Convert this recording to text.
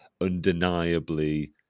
undeniably